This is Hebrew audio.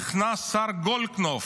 נכנס השר גולדקנופ,